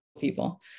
people